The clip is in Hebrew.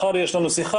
מחר יש לנו שיחה,